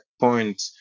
point